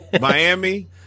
Miami